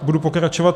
Budu pokračovat.